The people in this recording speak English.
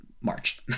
march